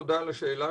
תודה על השאלה,